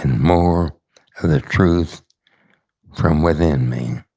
more of the truth from within me.